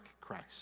Christ